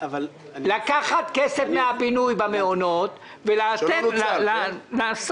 אבל אני --- לקחת כסף מהבינוי במעונות ולתת --- שלא נוצל,